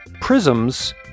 prisms